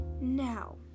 now